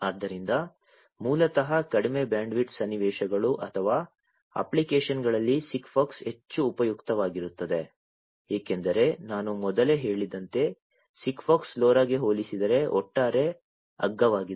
ಆದ್ದರಿಂದ ಮೂಲತಃ ಕಡಿಮೆ ಬ್ಯಾಂಡ್ವಿಡ್ತ್ ಸನ್ನಿವೇಶಗಳು ಅಥವಾ ಅಪ್ಲಿಕೇಶನ್ಗಳಲ್ಲಿ SIGFOX ಹೆಚ್ಚು ಉಪಯುಕ್ತವಾಗಿರುತ್ತದೆ ಏಕೆಂದರೆ ನಾನು ಮೊದಲೇ ಹೇಳಿದಂತೆ SIGFOX LoRa ಗೆ ಹೋಲಿಸಿದರೆ ಒಟ್ಟಾರೆ ಅಗ್ಗವಾಗಿದೆ